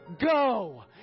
go